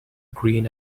green